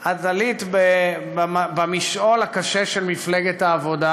את עלית במשעול הקשה של מפלגת העבודה,